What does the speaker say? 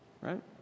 Right